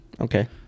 Okay